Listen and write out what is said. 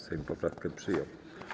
Sejm poprawkę przyjął.